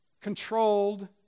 controlled